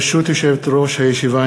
ברשות יושבת-ראש הישיבה,